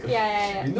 ya ya ya